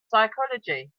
psychology